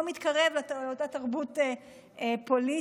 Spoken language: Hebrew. זה לא מתקרב לאותה תרבות פוליטית,